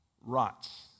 rots